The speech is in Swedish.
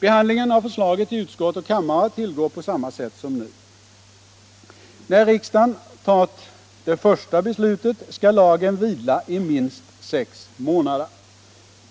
Behandlingen av förslaget i utskott och kammare skall tillgå på samma sätt som nu. När riksdagen fattat det första beslutet skall lagen vila i minst sex månader.